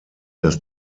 das